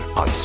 on